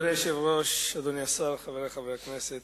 אדוני היושב-ראש, אדוני השר, חברי חברי הכנסת,